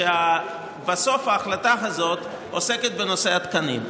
שבסוף ההחלטה הזאת עוסקת בנושא התקנים.